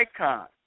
icon